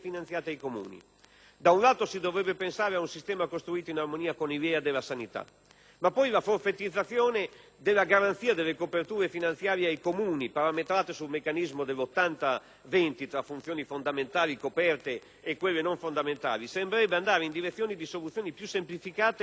Da un lato, si dovrebbe pensare ad un sistema costruito in armonia con i LEA della sanità, ma poi la forfettizzazione della garanzia delle coperture finanziarie ai Comuni, parametrate sul meccanismo dell'80-20 (tra funzioni fondamentali coperte e quelle non fondamentali) sembrerebbe andare in direzione di soluzioni più semplificate e onnicomprensive.